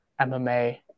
MMA